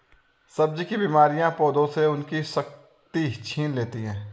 सब्जी की बीमारियां पौधों से उनकी शक्ति छीन लेती हैं